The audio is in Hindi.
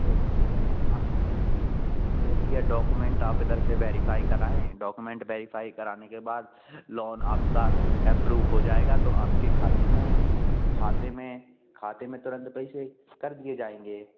तो हाँ तो भैया डॉकोमेंट आप इधर से वेरीफ़ाई कराएँ डॉकोमेंट वेरीफ़ाई कराने के बाद लॉन आपका अप्प्रूव हो जाएगा तो आपके खाते में खाते में खाते में तुरंत पैसे कर दिए जाएँगे